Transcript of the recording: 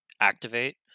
activate